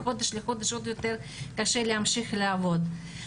מחודש לחודש עוד יותר קשה להמשיך לעבוד.